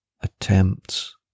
attempts